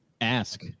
Ask